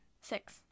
Six